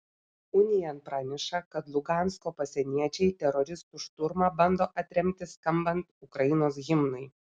unian praneša kad lugansko pasieniečiai teroristų šturmą bando atremti skambant ukrainos himnui